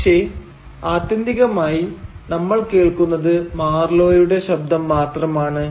പക്ഷെ ആത്യന്തികമായി നമ്മൾ കേൾക്കുന്നത് മാർലോയുടെ ശബ്ദം മാത്രമാണ്